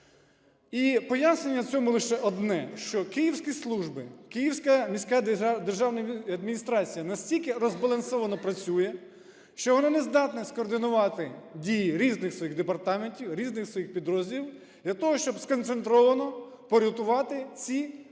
І пояснення цьому лише одне: що київські служби, Київська міська державна адміністрація настількирозбалансовано працює, що вона не здатна скоординувати дії різних своїх департаментів, різних своїх підрозділів для того, щоб сконцентровано порятувати ці надзвичайно